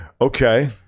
Okay